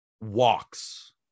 walks